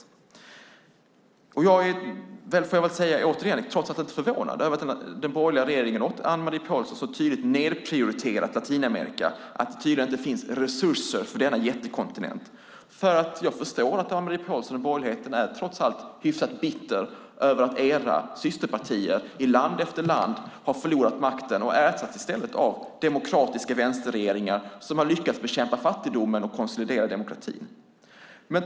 Jag är trots allt, får jag säga återigen, inte förvånad över att den borgerliga regeringen och Anne-Marie Pålsson så tydligt har nedprioriterat Latinamerika, att det tydligen inte finns resurser för denna jättekontinent. Jag förstår att Anne-Marie Pålsson och borgerligheten trots allt är bittra över att deras systerpartier i land efter land har förlorat makten och ersatts av demokratiska vänsterregeringar som har lyckats bekämpa fattigdomen och konsolidera demokratin.